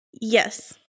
yes